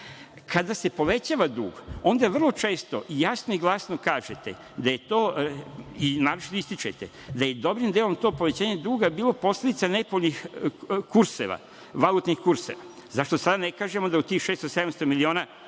Kada se povećava dug, onda vrlo često jasno i glasno kažete i naročito ističete da je dobrim delom to povećanje duga bilo posledica nepovoljnih valutnih kurseva. Zašto sada ne kažemo da je od tih 600 ili 700 miliona